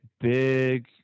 big